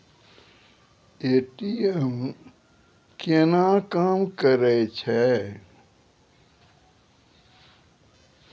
ATM केना काम करै छै?